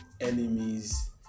enemies